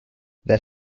their